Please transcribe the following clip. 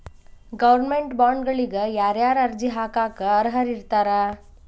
Government ಬಾಂಡ್ಗಳಿಗ ಯಾರ್ಯಾರ ಅರ್ಜಿ ಹಾಕಾಕ ಅರ್ಹರಿರ್ತಾರ?